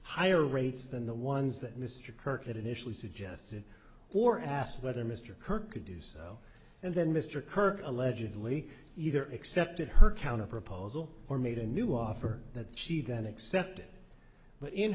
higher rates than the ones that mr kirkwood initially suggested or asked whether mr kirk could do so and then mr kerr allegedly either accepted her counterproposal or made a new offer that she then accepted but in